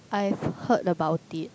I've heard about it